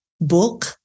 book